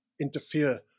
interfere